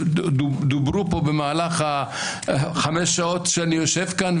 שדוברו פה במהלך חמש השעות שאני יושב כאן,